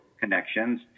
connections